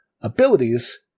abilities